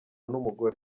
n’umugore